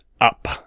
up